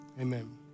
amen